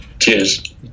Cheers